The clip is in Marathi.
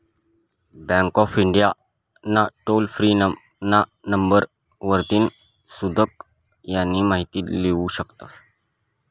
बँक ऑफ इंडिया ना टोल फ्री ना नंबर वरतीन सुदीक यानी माहिती लेवू शकतस